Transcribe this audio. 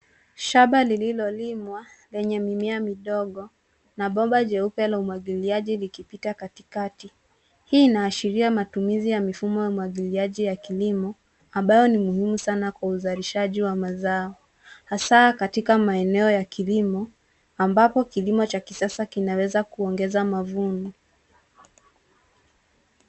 Shamba lililolimwa lenye mimea midogo na bomba jeupe la umwagiliaji, likipita katikati. Hii inaashiria matumizi ya mifumo ya umwagiliaji ya kilimo ambayo ni muhimu sana kwa uzalishaji wa mazao hasa katika maeneo ya kilimo ambapo kilimo cha kisasa kinaweza kuongeza mavuno.